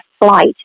flight